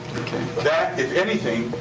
that, if anything,